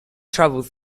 travel